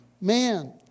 Man